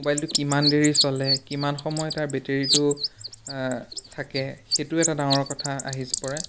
মোবাইলটো কিমান দেৰি চলে কিমান সময় তাৰ বেটেৰিটো থাকে সেইটো এটা ডাঙৰ কথা আহি পৰে